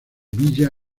villa